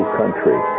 country